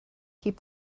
keep